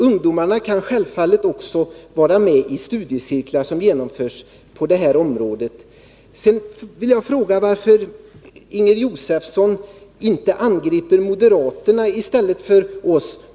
Ungdomarna kan självfallet också vara med i studiecirklar som genomförs på detta område. Sedan vill jag fråga varför Inger Josefsson inte angriper moderaterna i stället för oss.